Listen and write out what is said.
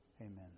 Amen